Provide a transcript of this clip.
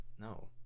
No